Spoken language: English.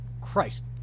Christ